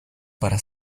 para